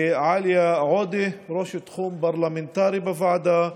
לעאליה עודה, ראש תחום פרלמנטרי בוועדה,